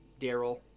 Daryl